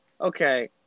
okay